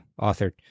authored